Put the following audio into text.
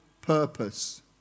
purpose